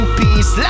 peace